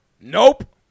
Nope